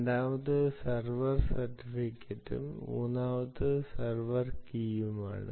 രണ്ടാമത്തേത് സെർവർ സർട്ടിഫിക്കറ്റും മൂന്നാമത്തേത് സെർവർ കീയുമാണ്